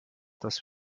dass